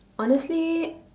honestly